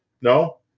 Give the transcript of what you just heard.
No